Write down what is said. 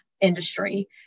industry